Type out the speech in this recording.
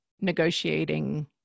negotiating